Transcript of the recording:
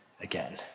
again